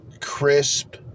crisp